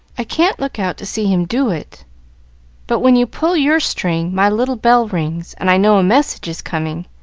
i can't look out to see him do it but, when you pull your string, my little bell rings, and i know a message is coming.